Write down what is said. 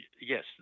yes